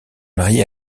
marié